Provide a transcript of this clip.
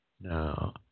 Now